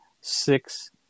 six